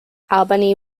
albany